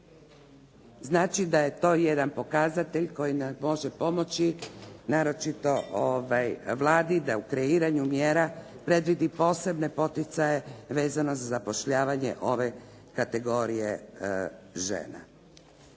Znači da je to jedan pokazatelj koji nam može pomoći naročito Vladi da u kreiranju mjera predvidi posebne poticaje vezano za zapošljavanje ove kategorije žena.